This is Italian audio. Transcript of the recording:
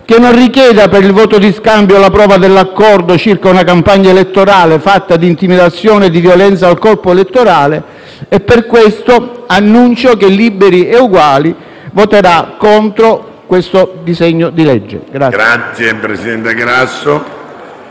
che non richieda, per il voto di scambio, la prova dell'accordo circa una campagna elettorale fatta di intimidazione e di violenza al corpo elettorale. Per questo annuncio che Liberi e Uguali voterà contro il disegno di legge in